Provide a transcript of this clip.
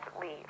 leave